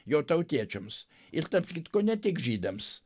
jo tautiečiams ir tarp kitko ne tik žydams